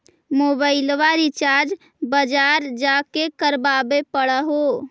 मोबाइलवा रिचार्ज बजार जा के करावे पर है?